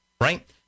right